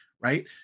right